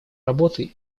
работы